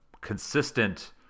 consistent